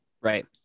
Right